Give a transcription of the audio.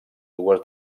dues